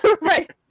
Right